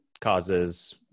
causes